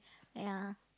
ya